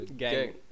gang